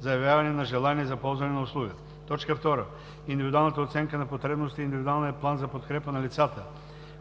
заявяване на желание за ползване на услуга; 2. индивидуалната оценка на потребностите и индивидуалният план за подкрепа на лицата,